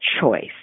choice